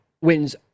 wins